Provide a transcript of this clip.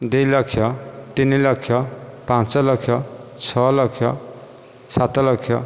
ଦୁଇ ଲକ୍ଷ ତିନି ଲକ୍ଷ ପାଞ୍ଚ ଲକ୍ଷ ଛଅ ଲକ୍ଷ ସାତ ଲକ୍ଷ